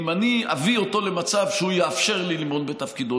ואם אני אביא אותו למצב שהוא יאפשר לי למעול בתפקידו,